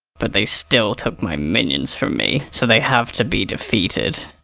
but they still took my minions from me, so they have to be defeated.